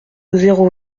zéro